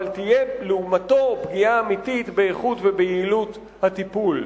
אבל תהיה לעומתו פגיעה אמיתית באיכות וביעילות של הטיפול.